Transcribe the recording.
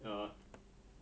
ya